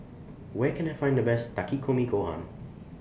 Where Can I Find The Best Takikomi Gohan